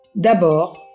d'abord